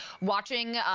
watching